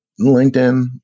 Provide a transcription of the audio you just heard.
LinkedIn